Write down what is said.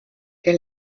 der